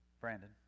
Brandon